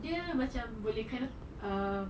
dia macam boleh kind of um